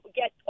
get